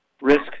risk